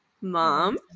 Mom